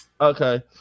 Okay